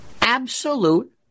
Absolute